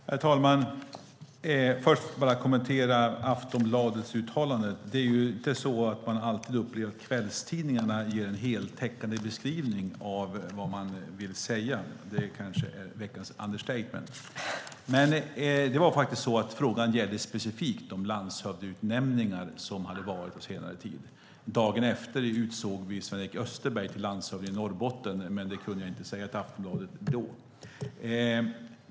Herr talman! Jag vill först kommentera uttalandet i Aftonbladet. Det är ju inte så att man alltid upplever att kvällstidningarna ger en heltäckande beskrivning av vad man vill säga; det kanske är veckans understatement. Frågan gällde specifikt de landshövdingeutnämningar som hade varit på senare tid. Dagen efter utsåg vi Sven-Erik Österberg till landshövding i Norrbotten, men det kunde jag inte säga till Aftonbladet.